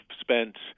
spent